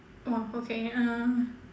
oh okay uh